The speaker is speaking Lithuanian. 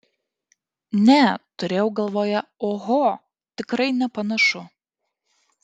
ne turėjau galvoje oho tikrai nepanašu